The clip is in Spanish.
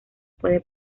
puede